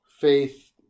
faith